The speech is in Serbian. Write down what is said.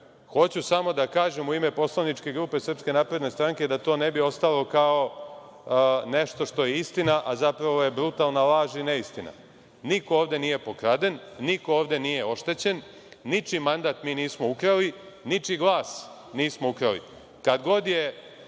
hoću samo da kažem, u ime poslaničke grupe SNS, da to ne bi ostalo kao nešto što je istina, a zapravo je brutalna laž i neistina. Niko ovde nije pokraden, niko ovde nije oštećen, ničiji mandat mi nismo ukrali, ničiji glas nismo ukrali. Kad god je